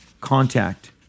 contact